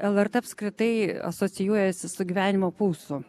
lrt apskritai asocijuojasi su gyvenimo pulsu